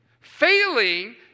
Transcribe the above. Failing